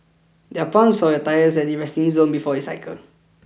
there are pumps for your tires at the resting zone before you cycle